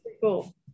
cool